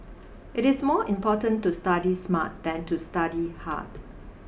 it is more important to study smart than to study hard